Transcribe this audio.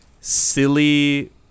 silly